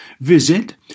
Visit